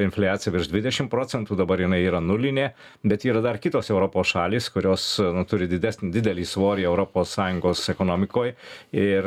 infliacija virš dvidešim procentų dabar jinai yra nulinė bet yra dar kitos europos šalys kurios nu turi didesnį didelį svorį europos sąjungos ekonomikoj ir